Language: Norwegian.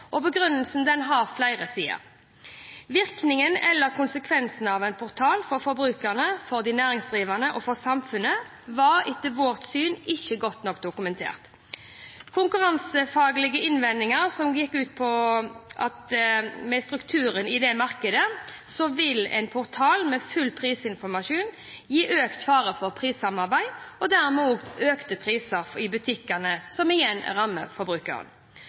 Begrunnelsen hadde flere sider: Virkningene eller konsekvensene av en portal – for forbrukerne, for de næringsdrivende og for samfunnet – var etter vårt syn ikke godt nok dokumentert. Konkurransefaglige innvendinger – som gikk ut på at med strukturen i dette markedet vil en portal med full prisinformasjon gi økt fare for prissamarbeid og dermed økte priser i butikkene, som igjen rammer forbrukeren.